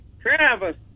Travis